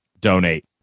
donate